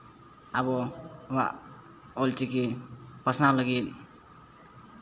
ᱟᱵᱚᱣᱟᱜ ᱚᱞ ᱪᱤᱠᱤ ᱯᱟᱥᱱᱟᱣ ᱞᱟᱹᱜᱤᱫ